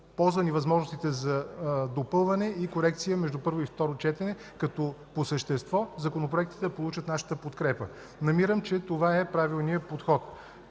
ползвани възможностите за допълване и корекции между първо и второ четене като по същество законопроектите получат нашата подкрепа. Намирам, че това е правилният подход.